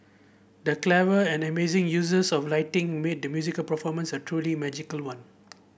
the clever and amazing uses of lighting made the musical performance a truly magical one